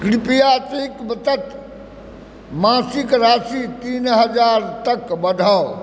कृपया S I P बचतक मासिक राशि तीन हजार तक बढ़ाउ